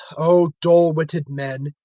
o dull-witted men,